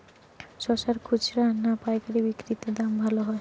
শশার খুচরা না পায়কারী বিক্রি তে দাম ভালো হয়?